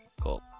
cool